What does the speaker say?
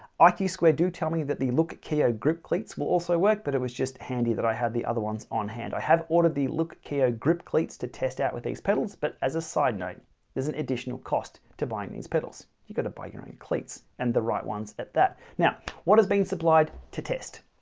ah squared do tell me that the look keo grip cleats will also work but it was just handy that i had the other ones on hand i have ordered the look keo grip cleats to test out with these pedals, but as a side note there's an additional cost to buying these pedals you've got to buy your own cleats and the right ones at that now what is being supplied to test.